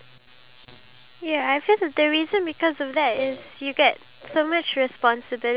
to help couples out there not even to help to just like bring back that first like